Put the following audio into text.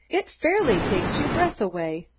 it fairly takes your breath away.